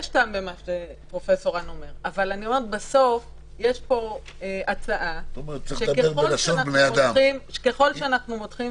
יש טעם בהערה של פרופ' האן אבל בסוף יש פה הצעה שככל שאנחנו מותחים